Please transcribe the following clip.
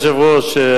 אדוני היושב-ראש,